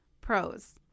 Pros